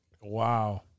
Wow